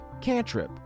cantrip